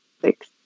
six